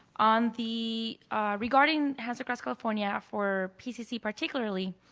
on the regarding hands across california for pcc particularly,